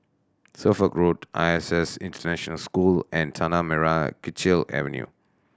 Suffolk Road I S S International School and Tanah Merah Kechil Avenue